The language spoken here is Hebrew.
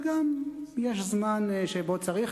וגם יש זמן שבו צריך,